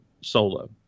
solo